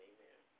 Amen